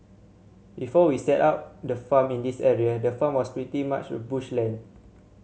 before we set up the farm in this area the farm was pretty much bush land